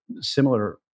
similar